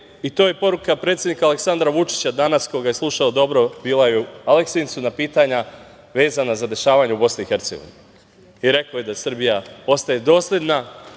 i to je poruka predsednika Aleksandra Vučića danas koga je slušao dobro, bila je u Aleksincu, na pitanja vezana za dešavanja u Bosni i Hercegovini. Rekao je da Srbija ostaje dosledna